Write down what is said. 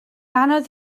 anodd